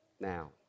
now